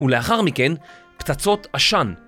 ולאחר מכן, פצצות עשן.